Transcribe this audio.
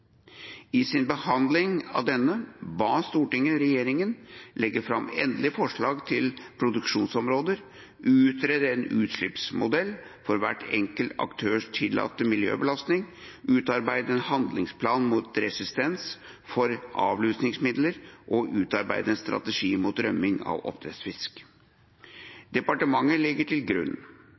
I sin behandling av denne ba Stortinget regjeringen legge fram endelig forslag til produksjonsområder, utrede en utslippsmodell for hver enkelt aktørs tillatte miljøbelastning, utarbeide en handlingsplan for resistens mot avlusningsmidler og utarbeide en strategi mot rømming av oppdrettsfisk. Departementet legger til grunn